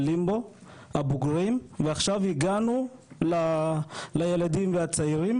גדלים פה הבוגרים ועכשיו הגענו לילדים והצעירים